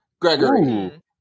Gregory